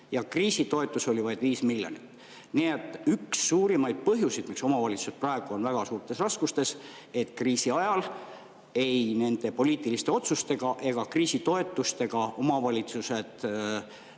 Ja kriisitoetus oli vaid 5 miljonit. Nii et üks suurimaid põhjuseid, miks omavalitsused praegu on väga suurtes raskustes, [on see,] et kriisi ajal ei nende poliitiliste otsustega ega kriisitoetustega omavalitsused raha